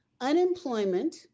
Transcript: unemployment